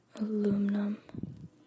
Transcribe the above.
aluminum